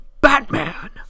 Batman